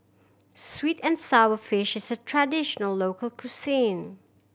sweet and sour fish is a traditional local cuisine